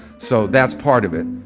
so that's part of it.